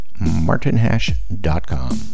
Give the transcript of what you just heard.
martinhash.com